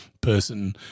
person